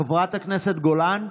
חברת הכנסת גולן,